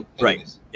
Right